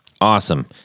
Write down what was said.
awesome